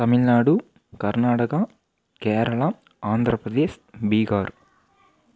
Tamil Nadu Karnataka Kerala Andhra Pradesh Bihar